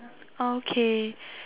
okay